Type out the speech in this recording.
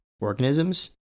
organisms